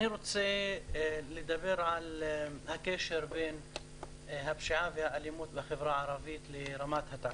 אני רוצה לדבר על הקשר בין הפשיעה והאלימות בחברה הערבית לרמת התעסוקה.